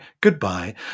goodbye